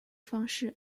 方式